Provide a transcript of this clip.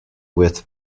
with